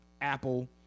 Apple